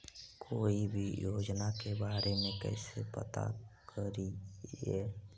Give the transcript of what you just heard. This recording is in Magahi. कोई भी योजना के बारे में कैसे पता करिए?